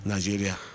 Nigeria